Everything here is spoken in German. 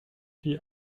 die